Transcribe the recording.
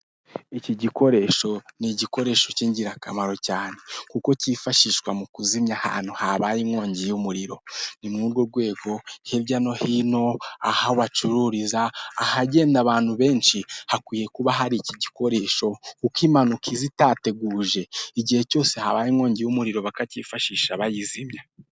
Iki gikoresho ni igikoresho cy'ingirakamaro cyane kuko cyifashishwa mu kuzimya ahantu habaye inkongi y'umuriro ni muri urwo rwego hirya no hino aho bacururiza ,ahagenda abantu benshi hakwiye kuba hari igikoresho kuko impanuka zitateguje igihe cyose habaye inkongi y'umuriro bakacyifashisha bayizimya.